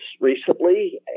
recently